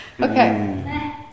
Okay